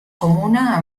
comuna